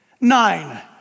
Nine